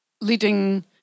leading